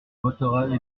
votera